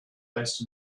based